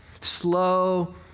Slow